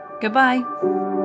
Goodbye